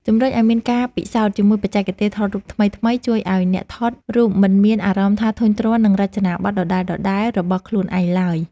ជម្រុញឱ្យមានការពិសោធន៍ជាមួយបច្ចេកទេសថតរូបថ្មីៗជួយឱ្យអ្នកថតរូបមិនមានអារម្មណ៍ថាធុញទ្រាន់នឹងរចនាបថដដែលៗរបស់ខ្លួនឯងឡើយ។